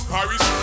Paris